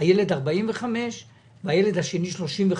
הילד נחשב 0.45 והילד השני ה-0.35.